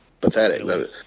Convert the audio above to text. pathetic